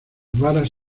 varas